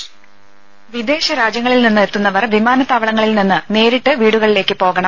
രുമ വിദേശ രാജ്യങ്ങളിൽ നിന്ന് എത്തുന്നവർ വിമാനത്താവളങ്ങളിൽ നിന്ന് നേരിട്ട് വീടുകളിലേക്ക് പോകണം